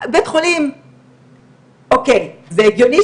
בית חולים, או.קיי., זה הגיוני